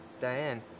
Diane